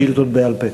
בשאילתות בעל-פה.